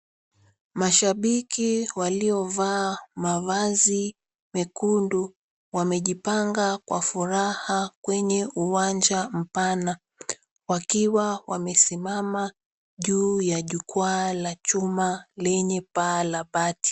Mashabiki waliovaa mavazi mekundu wamejipanga kwa furaha kwenye uwanja mpana wakiwa wamesimama juu ya jukwaa la chuma lenye paa la bati.